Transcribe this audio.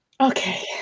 okay